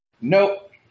Nope